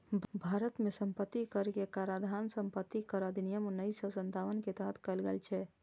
भारत मे संपत्ति कर के काराधान संपत्ति कर अधिनियम उन्नैस सय सत्तावन के तहत कैल गेल छै